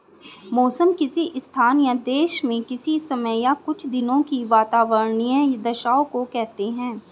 मौसम किसी स्थान या देश में किसी समय या कुछ दिनों की वातावार्नीय दशाओं को कहते हैं